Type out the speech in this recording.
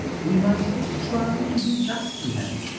we must try to be just to him.